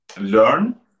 learn